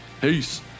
peace